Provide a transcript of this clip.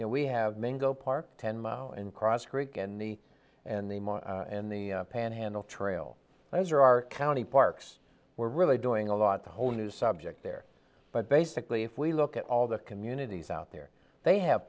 know we have mango park ten mile in cross creek and the and the in the panhandle trail those are our county parks we're really doing a lot the whole new subject there but basically if we look at all the communities out there they have